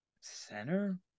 Center